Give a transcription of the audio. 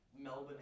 Melbourne